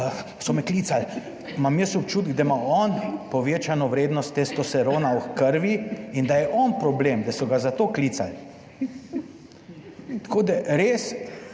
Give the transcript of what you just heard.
so me klicali, imam jaz občutek, da ima on povečano vrednost testosterona v krvi in da je on problem, da so ga zato klicali. Tako da res